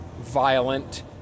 violent